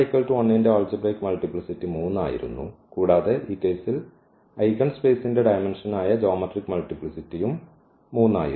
ന്റെ ആൾജിബ്രയ്ക് മൾട്ടിപ്ലിസിറ്റി 3 ആയിരുന്നു കൂടാതെ ഈ കേസിൽ ഐഗൻസ്പേസിന്റെ ഡയമെന്ഷനായ ജ്യോമെട്രിക് മൾട്ടിപ്ലിസിറ്റിയും 3 ആയിരുന്നു